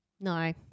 No